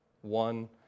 One